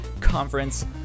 conference